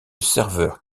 serveur